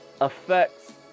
affects